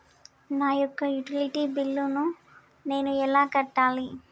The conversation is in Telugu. నా యొక్క యుటిలిటీ బిల్లు నేను ఎలా కట్టాలి?